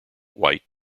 white